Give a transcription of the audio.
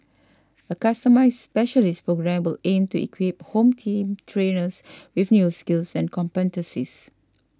a customised specialist programme will aim to equip Home Team trainers with new skills and competencies